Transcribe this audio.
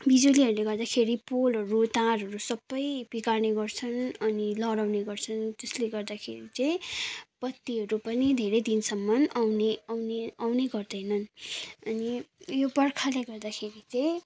बिजुलीहरूले गर्दाखेरि पोलहरू तारहरू सबै बिगार्ने गर्छन् अनि लडाउने गर्छन् त्यसले गर्दाखेरि चाहिँ बत्तीहरू पनि धेरै दिनसम्म आउने आउने आउने गर्दैनन् अनि यो बर्खाले गर्दाखेरि चैँ